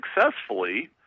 successfully